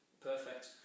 perfect